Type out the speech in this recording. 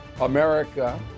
America